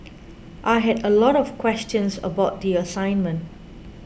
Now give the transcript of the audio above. I had a lot of questions about the assignment